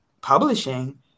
publishing